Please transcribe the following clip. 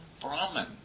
Brahman